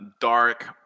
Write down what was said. dark